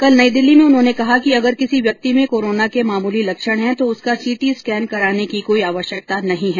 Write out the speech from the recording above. कल नई दिल्ली में उन्होंने कहा कि अगर किसी व्यक्ति में कोरोना के मामूली लक्षण हैं तो उसका सीटी स्कैन कराने की कोई आवश्यकता नहीं है